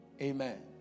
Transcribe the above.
Amen